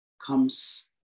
comes